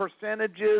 percentages